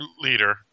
leader